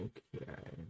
Okay